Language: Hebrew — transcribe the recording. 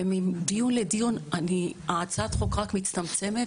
ומדיון לדיון הצעת החוק הזאת מצטמצמת,